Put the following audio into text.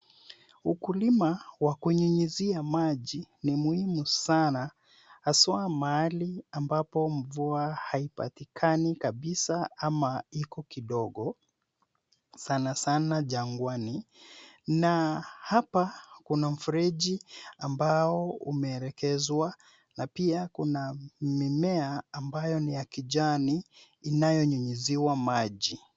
Ukulima wa kunyunyizia maji ni muhimu sana haswa mahali ambapo mvua haipatikani kabisa ama iko kidogo sanasana jangwani. Na hapa kuna mfereji ambao umeelekezwa na pia kuna mimea ambayo ni ya kijani inayonyunyiziwa maji.